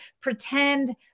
pretend